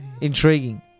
intriguing